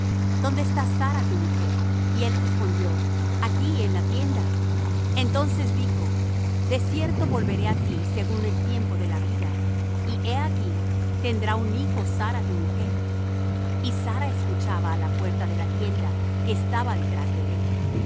dónde está sara tu mujer y él respondió aquí en la tienda entonces dijo de cierto volveré á ti según el tiempo de la vida y he aquí tendrá un hijo sara tu mujer y sara escuchaba á la puerta de la tienda que estaba detrás de él